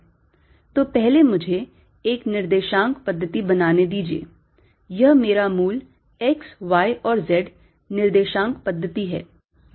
तो पहले मुझे एक निर्देशांक पद्धति बनाने दीजिए यह मेरा मूल x y और z निर्देशांक पद्धति है